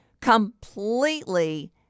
completely